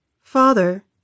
Father